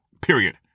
period